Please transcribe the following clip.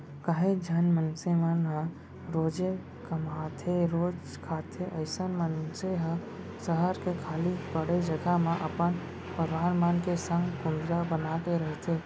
काहेच झन मनसे मन ह रोजे कमाथेरोजे खाथे अइसन मनसे ह सहर के खाली पड़े जघा म अपन परवार मन के संग कुंदरा बनाके रहिथे